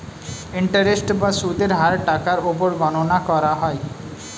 interest বা সুদের হার টাকার উপর গণনা করা হয়